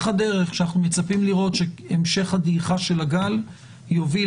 הדרך שאנחנו מצפים לראות שהמשך הדעיכה של הגל יוביל